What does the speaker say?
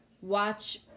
Watch